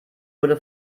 wurde